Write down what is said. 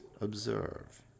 observe